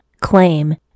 claim